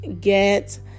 get